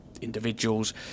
individuals